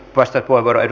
arvoisa puhemies